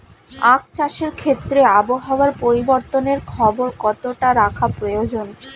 আখ চাষের ক্ষেত্রে আবহাওয়ার পরিবর্তনের খবর কতটা রাখা প্রয়োজন?